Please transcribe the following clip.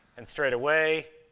and straight away,